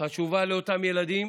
חשובה לאותם ילדים